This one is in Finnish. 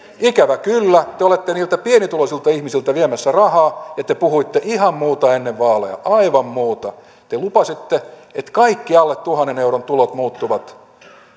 ikävä kyllä te olette niiltä pienituloisilta ihmisiltä viemässä rahaa ja te puhuitte ihan muuta ennen vaaleja aivan muuta te lupasitte että kaikki alle tuhannen euron tulot muuttuvat